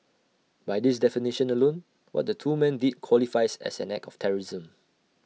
by this definition alone what the two men did qualifies as an act of terrorism